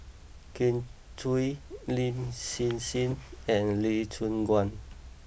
Kin Chui Lin Hsin Hsin and Lee Choon Guan